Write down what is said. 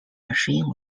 machine